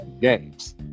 games